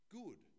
good